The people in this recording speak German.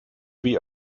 wie